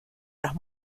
las